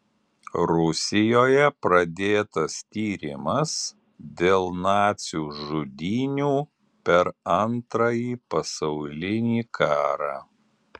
rusijoje pradėtas tyrimas dėl nacių žudynių per antrąjį pasaulinį karą